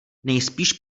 nejspíše